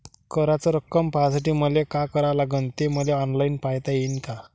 कराच रक्कम पाहासाठी मले का करावं लागन, ते मले ऑनलाईन पायता येईन का?